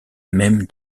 même